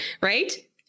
right